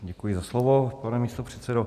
Děkuji za slovo, pane místopředsedo.